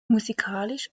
musikalisch